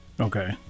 Okay